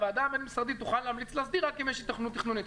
הוועדה הבין-משרדית תוכל להמליץ להסדיר רק אם יש היתכנות תכנונית.